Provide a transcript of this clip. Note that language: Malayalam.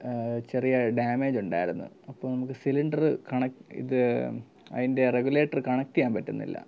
ചെറിയ ഡാമേജ് ഉണ്ടായിരുന്നു അപ്പോൾ നമുക്ക് സിലിണ്ടറ് കണക്ട് ഇത് അതിൻ്റെ റെഗുലേറ്ററ് കണക്ട് ചെയ്യാൻ പറ്റുന്നില്ല